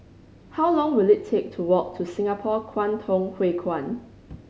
how long will it take to walk to Singapore Kwangtung Hui Kuan